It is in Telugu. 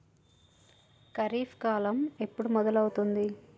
ఖరీఫ్ కాలం ఎప్పుడు మొదలవుతుంది?